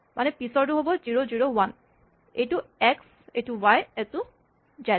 মানে পিচৰটো হ'ব জিৰ' জিৰ' ৱান এইটো এক্স এইটো ৱাই এইটো জেড